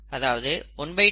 அதாவது 12 x 14 18